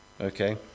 okay